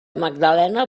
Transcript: magdalena